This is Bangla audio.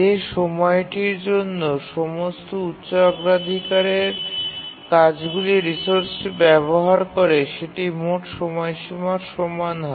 যে সময়টির জন্য সমস্ত উচ্চ অগ্রাধিকারের কাজগুলি রিসোর্সটি ব্যবহার করে সেটি মোট সময়সীমার সমান হয়